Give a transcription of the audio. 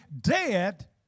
dead